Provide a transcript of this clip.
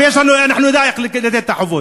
ואנחנו נדע איך לתת את החובות.